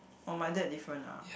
oh my dad different ah